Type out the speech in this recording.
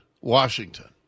Washington